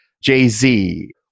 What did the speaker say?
Jay-Z